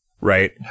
Right